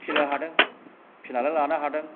फिनो हादों फिनानै लानो हादों